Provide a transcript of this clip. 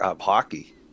hockey